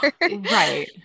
Right